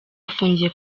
afungiye